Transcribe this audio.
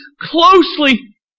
closely